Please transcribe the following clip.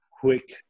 quick